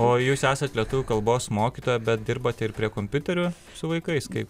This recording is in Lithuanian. o jūs esat lietuvių kalbos mokytoja bet dirbate ir prie kompiuterių su vaikais kaip